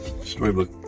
storybook